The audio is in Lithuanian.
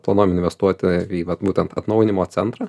planuojam investuoti į vat būtent atnaujinimo centrą